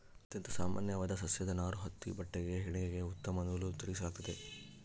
ಅತ್ಯಂತ ಸಾಮಾನ್ಯವಾದ ಸಸ್ಯದ ನಾರು ಹತ್ತಿ ಬಟ್ಟೆಗೆ ಹೆಣಿಗೆಗೆ ಉತ್ತಮ ನೂಲು ತಿರುಗಿಸಲಾಗ್ತತೆ